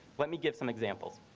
let me give some examples.